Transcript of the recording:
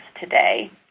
today